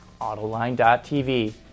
autoline.tv